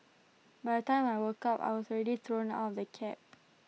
by time I woke up I was already thrown out of the cab